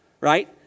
right